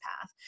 path